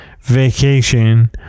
vacation